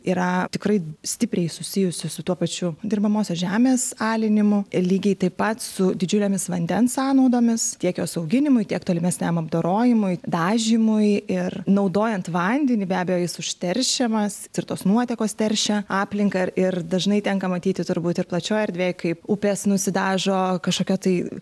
yra tikrai stipriai susijusi su tuo pačiu dirbamosios žemės alinimu ir lygiai taip pat su didžiulėmis vandens sąnaudomis tiek jos auginimui tiek tolimesniam apdorojimui dažymui ir naudojant vandenį be abejo jis užteršiamas tirtos nuotekos teršia aplinką ir ir dažnai tenka matyti turbūt ir plačioj erdvėj kaip upės nusidažo kažkokia tai